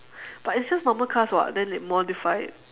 but it's just normal cars [what] then they modify it